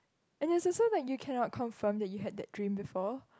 and it is also like you cannot confirm that you have that dream before